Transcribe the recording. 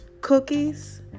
cookies